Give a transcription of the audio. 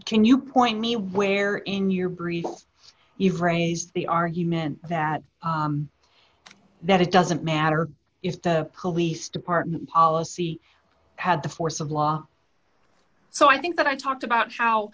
can you point me where in your brief you've raised the argument that that it doesn't matter if the police department policy had the force of law so i think that i talked about how